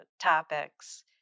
topics